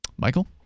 Michael